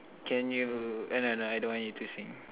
can you eh no no I don't want you to sing